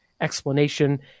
explanation